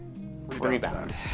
Rebound